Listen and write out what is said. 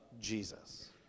Jesus